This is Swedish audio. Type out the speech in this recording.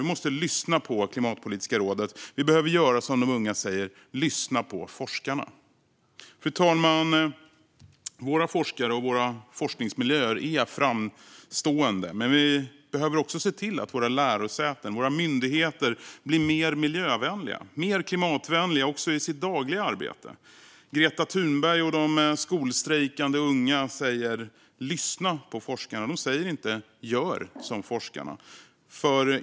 Vi måste lyssna på Klimatpolitiska rådet. Vi behöver göra som de unga säger: Lyssna på forskarna! Fru talman! Våra forskare och våra forskningsmiljöer är framstående. Men vi behöver också se till att våra lärosäten, våra myndigheter, blir mer miljövänliga och mer klimatvänliga också i sitt dagliga arbete. Greta Thunberg och de skolstrejkande unga säger: Lyssna på forskarna! De säger inte: Gör som forskarna!